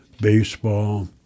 baseball